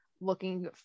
looking